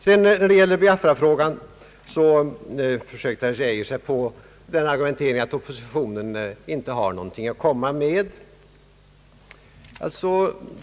I Biafrafrågan försökte sig herr Geijer på den argumenteringen att oppositionen inte har någonting att komma med.